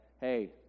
hey